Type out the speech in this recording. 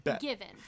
Given